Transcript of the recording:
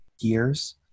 years